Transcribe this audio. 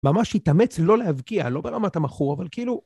ממש התאמץ לא להבקיע, לא ברמת המכור, אבל כאילו...